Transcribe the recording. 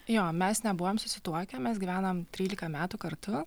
jo mes nebuvom susituokę mes gyvenam trylika metų kartu